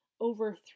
Over